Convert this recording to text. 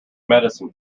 medicine